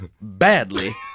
badly